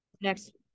next